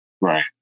right